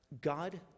God